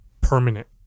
permanent